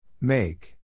Make